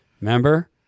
remember